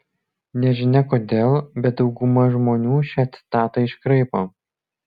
nežinia kodėl bet dauguma žmonių šią citatą iškraipo